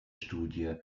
studie